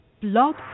Blog